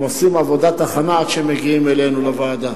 הם עושים עבודת הכנה עד שהם מגיעים אלינו לוועדה.